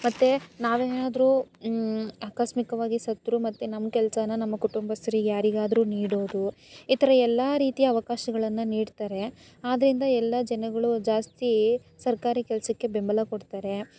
ಮತ್ತೆ ನಾವೇನಾದರೂ ಆಕಸ್ಮಿಕವಾಗಿ ಸತ್ತರೂ ಮತ್ತೆ ನಮ್ಮ ಕೆಲ್ಸನ ನಮ್ಮ ಕುಟುಂಬಸ್ಥರಿಗೆ ಯಾರಿಗಾದರೂ ನೀಡೋದು ಈ ಥರ ಎಲ್ಲ ರೀತಿಯ ಅವಕಾಶಗಳನ್ನು ನೀಡ್ತಾರೆ ಆದ್ದರಿಂದ ಎಲ್ಲ ಜನಗಳು ಜಾಸ್ತಿ ಸರ್ಕಾರಿ ಕೆಲಸಕ್ಕೆ ಬೆಂಬಲ ಕೊಡ್ತಾರೆ